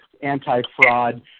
anti-fraud